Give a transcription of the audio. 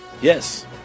Yes